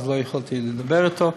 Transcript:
אז לא יכולתי לדבר אתו,